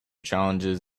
challenges